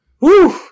Woo